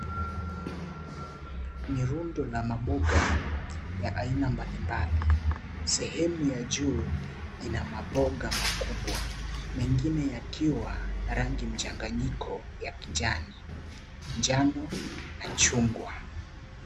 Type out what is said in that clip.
Ni rundu la maboga, ya aina mbali mbali, sehemu ya juu, ina maboga makubwa, mengine ya kiwa, na rangi mchanganyiko, ya kijani, njano, na chungwa.